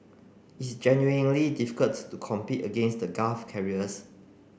it's genuinely difficult to compete against the Gulf carriers